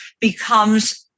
becomes